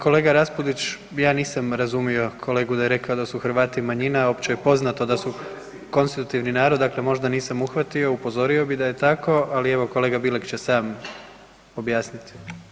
Kolega Raspudić, ja nisam razumio kolegu da je rekao da su Hrvati manjina, opće je poznato da su konstitutivni narod, dakle možda nisam uhvatio, upozorio bi da je tako ali evo kolega Bilek će sam objasnit.